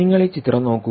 നിങ്ങൾ ഈ ചിത്രം നോക്കൂ